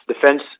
defense